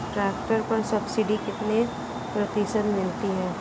Tractor पर subsidy कितने प्रतिशत मिलती है?